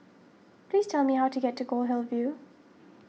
please tell me how to get to Goldhill View